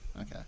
okay